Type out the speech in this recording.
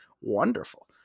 wonderful